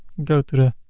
go to